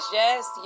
yes